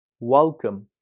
Welcome